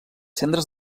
cendres